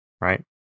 right